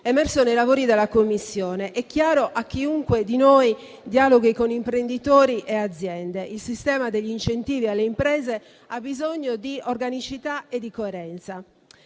emerso nei lavori della Commissione. È chiaro a chiunque di noi dialoghi con imprenditori e aziende, che il sistema degli incentivi alle imprese ha bisogno di organicità e di coerenza.